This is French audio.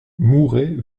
mouret